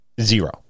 Zero